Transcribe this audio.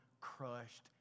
crushed